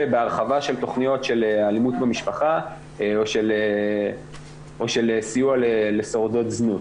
בהרחבה של תכניות של אלימות במשפחה או של סיוע לשורדות זנות.